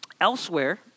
elsewhere